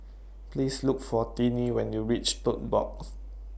Please Look For Tinie when YOU REACH Tote Board